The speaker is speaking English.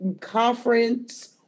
conference